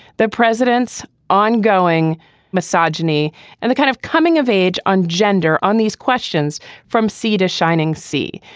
the president's ongoing misogyny and the kind of coming of age on gender on these questions from sea to shining sea.